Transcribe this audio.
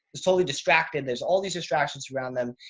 it's totally distracted. there's all these distractions around them.